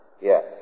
yes